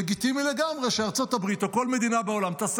לגיטימי לגמרי שארצות הברית או כל מדינה בעולם תעשה